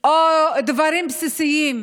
או דברים בסיסיים.